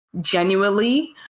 genuinely